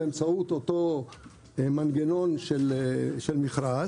באמצעות אותו מנגנון של מכרז,